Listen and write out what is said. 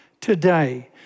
today